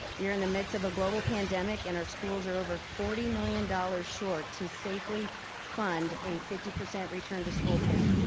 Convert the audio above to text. we are in the midst of a global pandemic and our schools are over forty million dollars short to safely fund, a fifty percent return to school plan.